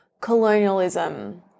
colonialism